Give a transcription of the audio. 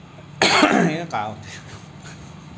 এই কাহ উঠিছে